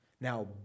Now